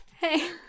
Hey